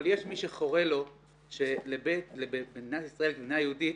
אבל יש מי שחורה לו שבמדינת ישראל, מדינה יהודית,